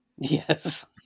Yes